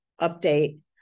update